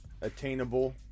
attainable